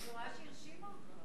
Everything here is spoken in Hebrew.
אני רואה שהיא הרשימה אותך מאוד.